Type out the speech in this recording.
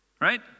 Right